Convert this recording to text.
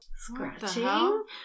scratching